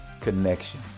connection